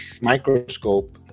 microscope